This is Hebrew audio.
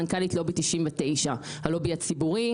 אני מנכ"לית לובי 99, הלובי הציבורי.